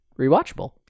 rewatchable